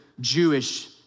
Jewish